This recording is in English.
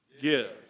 Give